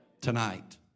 tonight